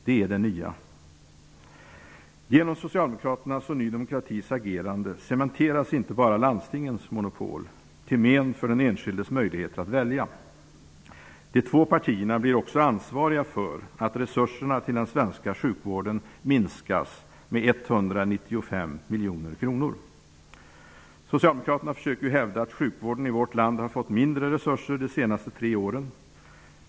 Det är det nya. Genom Socialdemokraternas och Ny Demokratis agerande cementeras inte bara landstingens monopol, till men för den enskildes möjlighet att välja. De två partierna blir också ansvariga för att resurserna till den svenska sjukvården minskas med 195 miljoner kronor! Socialdemokraterna försöker ju hävda att sjukvården i vårt land har fått mindre resurser de senaste tre åren.